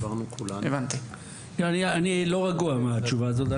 אני לא רגוע מהתשובה הזאת.